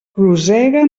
rosega